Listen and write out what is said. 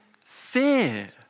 fear